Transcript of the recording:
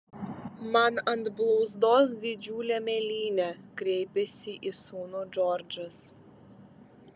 man ant blauzdos didžiulė mėlynė kreipėsi į sūnų džordžas